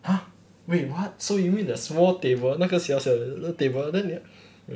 !huh! wait what so you mean the small table 那个小小的 table